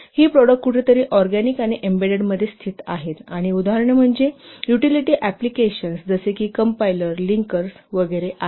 ही product कुठेतरी organic आणि embedded मध्ये स्थित आहेत आणि उदाहरणे म्हणजे युटिलिटी ऑप्लिकेशन्स जसे कीकंपाइलरलिंकर्स वगैरे आहेत